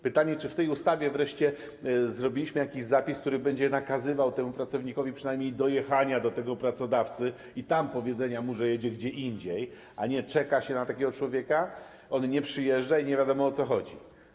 Pytanie, czy w tej ustawie wreszcie zrobiliśmy zapis, który będzie nakazywał temu pracownikowi przynajmniej dojechanie do tego pracodawcy i tam powiedzenie mu, że jedzie gdzie indziej, a nie czeka się na takiego człowieka, on nie przyjeżdża i nie wiadomo, o co chodzi.